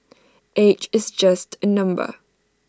age is just A number